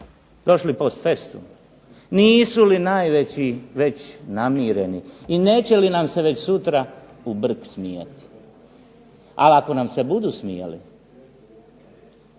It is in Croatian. došli post festum, nisu li najveći već namireni i neće li nam se već sutra u brk smijati, ali ako nam se budu smijali,